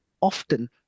often